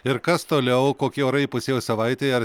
ir kas toliau kokie orai įpusėjus savaitei ar